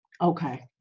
Okay